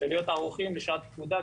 ולהיות ערוכים לשעת פקודה,